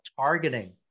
targeting